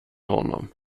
honom